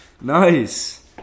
Nice